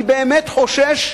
אני באמת חושש,